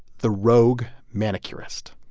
the rogue manicurist